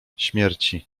śmierci